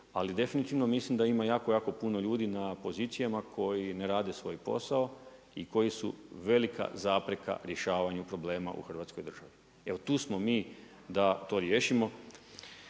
Ali definitivno mislim da ima jako jako puno ljudi na pozicijama koji ne rade svoj posao i koji su velika zapreka rješavanju problema u Hrvatskoj državi. Evo tu smo mi da to riješimo.